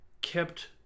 kept